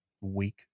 Week